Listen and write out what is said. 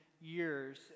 years